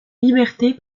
libertés